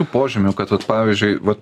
požymių kad vat pavyzdžiui va